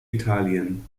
italien